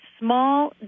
Small